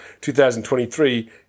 2023